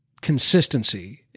consistency